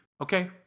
okay